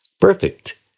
Perfect